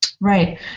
right